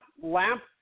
Lamp